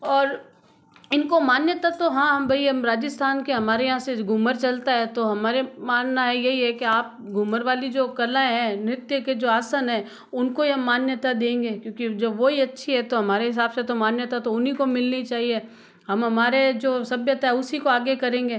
और इनको मान्यता तो हाँ हम भई राजस्थान के हमारे यहाँ से जो घूमर चलता है तो हमारे मानना यही है कि आप घूमर वाली जो कला है नृत्य के जो आसन हैं उनको ही हम मान्यता देंगे क्योंकि जब वो ही अच्छी है तो हमारे हिसाब तो मान्यता तो उन्हीं को मिलनी चाहिए हम हमारे जो सभ्यता है उसी को आगे करेंगे